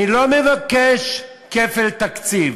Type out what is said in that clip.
אני לא מבקש כפל תקציב.